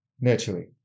naturally